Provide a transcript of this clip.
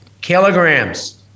kilograms